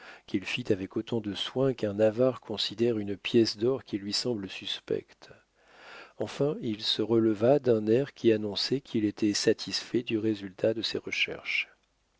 qu'il fit avec autant de soin qu'un avare considère une pièce d'or qui lui semble suspecte enfin il se releva d'un air qui annonçait qu'il était satisfait du résultat de ses recherches